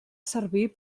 servir